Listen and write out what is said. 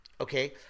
Okay